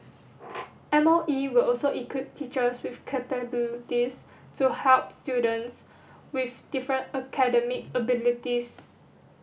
M O E will also equip teachers with capabilities to help students with different academic abilities